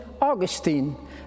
Augustine